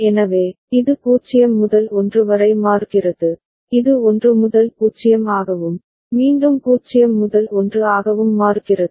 எனவே இது 0 முதல் 1 வரை மாறுகிறது இது 1 முதல் 0 ஆகவும் மீண்டும் 0 முதல் 1 ஆகவும் மாறுகிறது